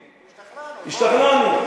השתכנענו.